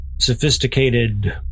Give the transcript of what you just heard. sophisticated